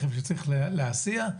כלומר כל מה שקשור לרכב שצריך להסיע,